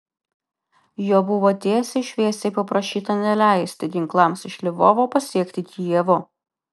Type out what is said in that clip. jo buvo tiesiai šviesiai paprašyta neleisti ginklams iš lvovo pasiekti kijevo